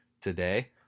today